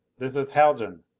this is haljan.